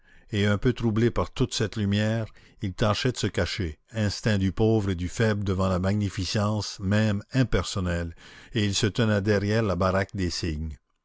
et un peu troublés par toute cette lumière ils tâchaient de se cacher instinct du pauvre et du faible devant la magnificence même impersonnelle et ils se tenaient derrière la baraque des cygnes